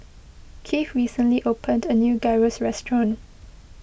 Keith recently opened a new Gyros Restaurant